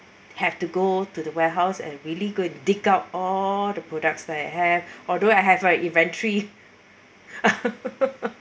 have to go to the warehouse and really go and dig up all the products that I have although I have like inventory